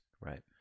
Right